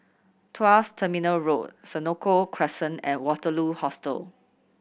Tuas Terminal Road Senoko Crescent and Waterloo Hostel